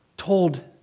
told